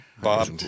Bob